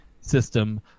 system